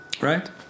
Right